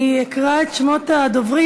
אני אקרא את שמות הדוברים.